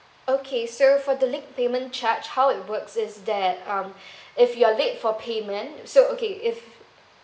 okay so for the late payment charge how it works is that um if you're late for payment so okay if